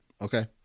okay